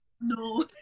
No